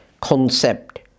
concept